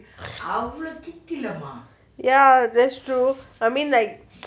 ya that's true I mean like